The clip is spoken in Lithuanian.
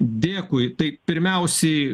dėkui tai pirmiausiai